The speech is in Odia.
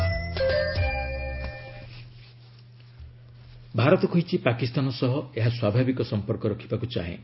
ଇଣ୍ଡୋ ପାକ୍ ଭାରତ କହିଛି ପାକିସ୍ତାନ ସହ ଏହା ସ୍ୱାଭାବିକ ସଂପର୍କ ରଖିବାକୁ ଚାହେଁ